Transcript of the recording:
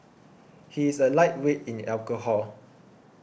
he is a lightweight in alcohol